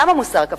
למה מוסר כפול?